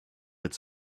its